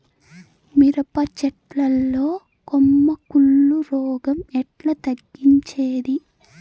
మిరప చెట్ల లో కొమ్మ కుళ్ళు రోగం ఎట్లా తగ్గించేది?